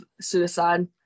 suicide